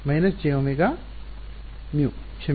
jωμ ಕ್ಷಮಿಸಿ